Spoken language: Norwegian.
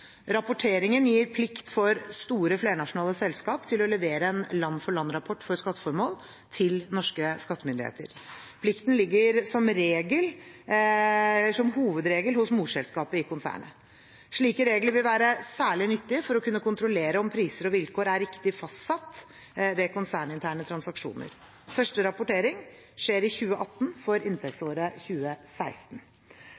Rapporteringen gir plikt for store flernasjonale selskap til å levere en land-for-land-rapport for skatteformål til norske skattemyndigheter. Plikten ligger som hovedregel hos morselskapet i konsernet. Slike regler vil være særlig nyttige for å kunne kontrollere om priser og vilkår er riktig fastsatt ved konserninterne transaksjoner. Første rapportering skjer i 2018, for